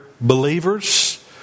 believers